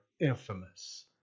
infamous